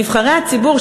נבחרי הציבור,